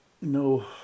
no